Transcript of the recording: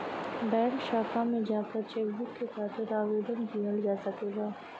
bank शाखा में जाकर चेकबुक के खातिर आवेदन किहल जा सकला